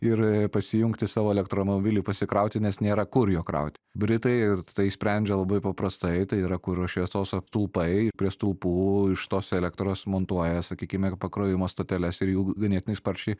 ir pasijungti savo elektromobilį pasikrauti nes nėra kur jo kraut britai tai sprendžia labai paprastai tai yra kur šviesos stulpai ir prie stulpų iš tos elektros montuoja sakykime pakrovimo stoteles ir jų ganėtinai sparčiai